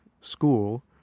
school